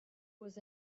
was